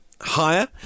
higher